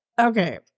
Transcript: Okay